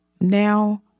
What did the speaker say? Now